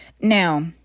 Now